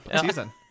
season